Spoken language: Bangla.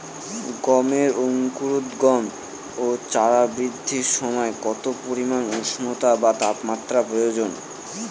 গমের অঙ্কুরোদগম ও চারা বৃদ্ধির সময় কত পরিমান উষ্ণতা বা তাপমাত্রা প্রয়োজন?